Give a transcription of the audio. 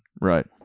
Right